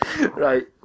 right